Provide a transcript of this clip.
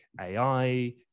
AI